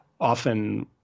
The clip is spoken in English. often